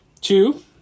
Two